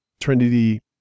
Trinity –